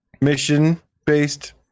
mission-based